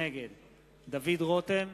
נגד דוד רותם,